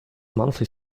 monthly